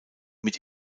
mit